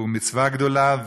הוא מצווה גדולה.